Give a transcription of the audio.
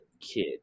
kid